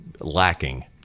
lacking